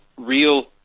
real